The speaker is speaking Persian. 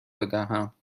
بدهم